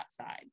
outside